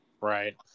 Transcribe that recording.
Right